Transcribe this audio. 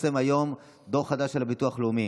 והיום התפרסם דוח חדש של הביטוח הלאומי.